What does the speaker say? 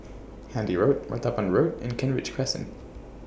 Handy Road Martaban Road and Kent Ridge Crescent